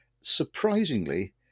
Surprisingly